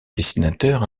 dessinateurs